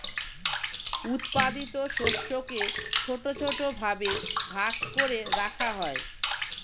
উৎপাদিত শস্যকে ছোট ছোট ভাবে ভাগ করে রাখা হয়